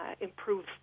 improve